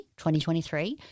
2023